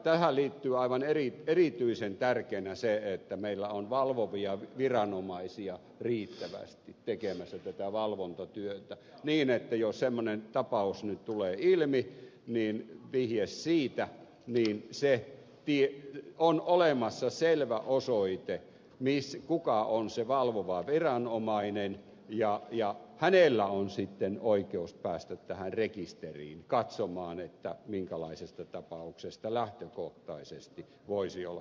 tähän liittyy aivan erityisen tärkeänä se että meillä on valvovia viranomaisia riittävästi tekemässä tätä valvontatyötä niin että jos semmoinen tapaus vihje siitä tulee ilmi niin on olemassa selvä osoite kuka on se valvova viranomainen ja tällä on sitten oikeus päästä tähän rekisteriin katsomaan minkälaisesta tapauksesta lähtökohtaisesti voisi olla kysymys